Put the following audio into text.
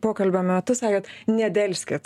pokalbio metu sakėt nedelskit